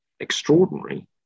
extraordinary